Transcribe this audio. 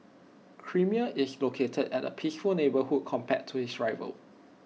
creamier is located at A peaceful neighbourhood compared to its rivals